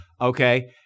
okay